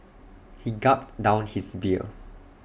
he gulped down his beer